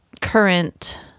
current